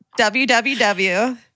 WWW